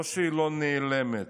לא שהיא לא נעלמת,